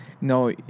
no